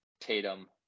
Tatum